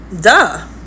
duh